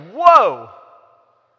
whoa